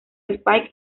spike